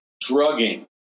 drugging